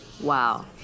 Wow